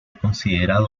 considerado